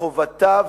חובתה,